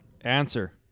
Answer